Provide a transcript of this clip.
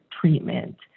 treatment